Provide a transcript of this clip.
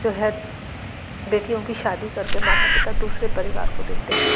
जो है बेटियों की शादी कर के माता पिता दूसरे परिवार को देते हैं